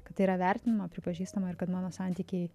kad tai yra vertinama pripažįstama ir kad mano santykiai